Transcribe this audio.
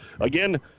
Again